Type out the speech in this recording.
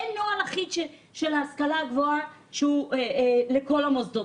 אין נוהל אחיד של ההשכלה הגבוהה שהוא לכל המוסדות.